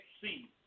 see